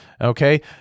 okay